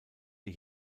die